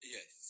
Yes